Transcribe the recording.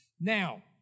Now